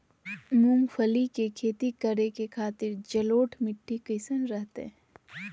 मूंगफली के खेती करें के खातिर जलोढ़ मिट्टी कईसन रहतय?